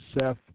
Seth